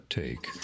take